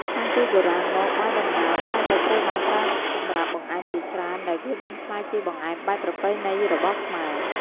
តាំងពីបុរាណមក បាយដំណើបតែងតែត្រូវបានប្រើសម្រាប់បង្អែមជាច្រើន ដែលវាបានក្លាយជាបង្អែមបែបប្រពៃណីរបស់ខ្មែរ។